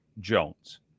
Jones